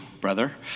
brother